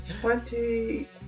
Twenty